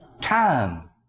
time